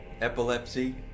Epilepsy